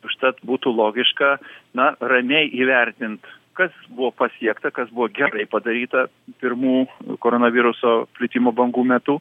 užtat būtų logiška na ramiai įvertint kas buvo pasiekta kas buvo gerai padaryta pirmų koronaviruso plitimo bangų metu